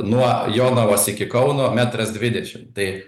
nuo jonavos iki kauno metras dvidešimt tai